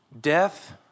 Death